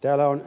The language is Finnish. täällä on